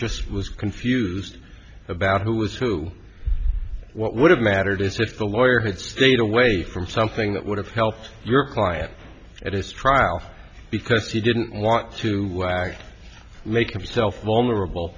just was confused about who was who what would have mattered if the lawyer had stayed away from something that would have helped your client at his trial because he didn't want to make himself vulnerable